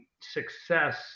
success